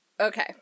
Okay